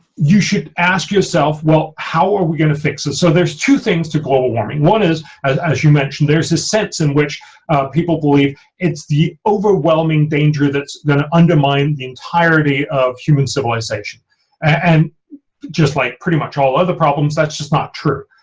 you should ask yourself. well, how are we going to fix it? so there's two things to global warming one is as as you mentioned there's a sense in which people believe it's the overwhelming danger that's gonna undermine the entirety of human civilization and just like pretty much all other problems. that's just not true.